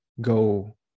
go